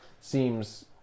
seems